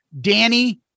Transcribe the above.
Danny